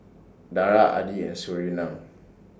Dara Adi and Surinam